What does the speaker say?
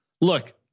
Look